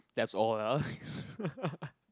that's all lah